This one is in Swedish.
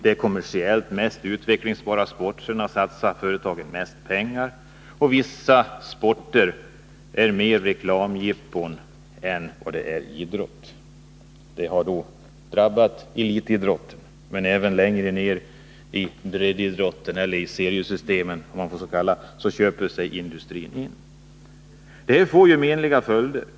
På de kommersiellt mest utvecklingsbara sporterna satsar företagen mest pengar, och vissa sporter är mera reklamjippon än idrott. Detta har drabbat elitidrotten, men även längre ned i breddidrotten eller seriesystemen — låt mig kalla det så —, köper sig industrin in. Detta får menliga följder.